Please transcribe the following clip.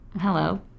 hello